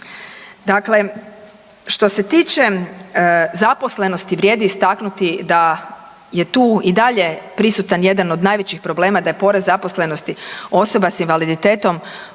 Dakle, što se tiče zaposlenosti vrijedi istaknuti da je tu i dalje prisutan jedan od najvećih problema da je porast zaposlenosti osoba s invaliditetom u odnosu